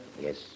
Yes